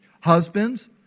Husbands